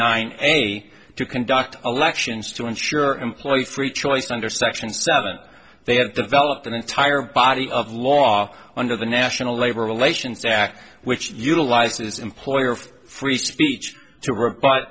nine any to conduct elections to ensure employee free choice under section seven they have developed an entire body of law under the national labor relations act which utilizes employer for free speech